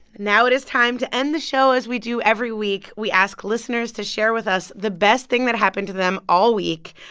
now it is time to end the show as we do every week. we ask listeners to share with us the best thing that happened to them all week.